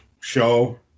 show